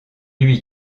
lui